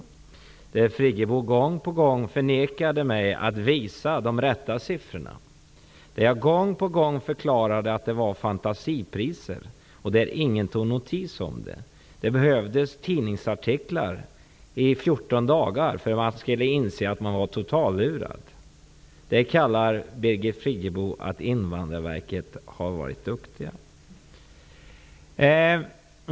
Birgit Friggebo vägrade gång på gång att visa de rätta siffrorna, när jag förklarade att det betalades fantasipriser. Ingen tog notis om det. Det behövdes tidningsartiklar i 14 dagar för att man skulle inse att man var totallurad. Det kallar Birgit Friggebo för att Invandrarverket har varit duktiga.